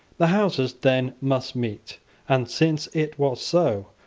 the houses then must meet and since it was so,